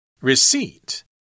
Receipt